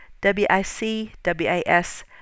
W-I-C-W-A-S